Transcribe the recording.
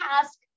task